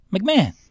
McMahon